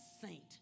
saint